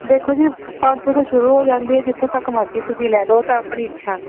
ਦੇਖੋ ਜੀ ਪੰਜ ਸੌ ਤੋਂ ਸ਼ੁਰੂ ਹੋ ਜਾਂਦੀ ਹੈ ਜਿੱਥੋਂ ਤੱਕ ਮਰਜ਼ੀ ਤੁਸੀਂ ਲੈ ਲਉ ਉਹ ਤਾਂ ਆਪਣੀ ਇੱਛਾ